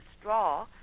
straw